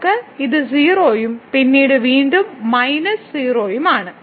നമുക്ക് ഇത് 0 ഉം പിന്നീട് വീണ്ടും മൈനസ് 0 ഉം ആണ്